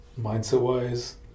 mindset-wise